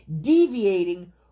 deviating